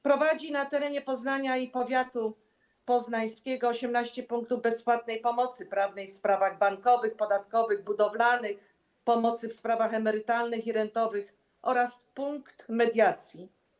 Prowadził na terenie Poznania i powiatu poznańskiego 18 punktów bezpłatnej pomocy prawnej w sprawach bankowych, podatkowych, budowlanych, emerytalnych i rentowych oraz punkt mediacji.